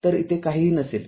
तर इथे काहीही नसेल